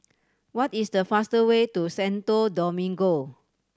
what is the fastest way to Santo Domingo